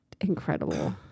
incredible